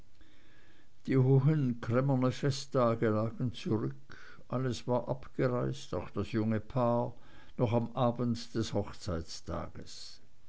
die hohen cremmer festtage lagen zurück alles war abgereist auch das junge paar noch am abend des hochzeitstages